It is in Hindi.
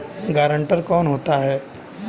गारंटर कौन होता है?